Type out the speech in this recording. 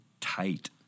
tight—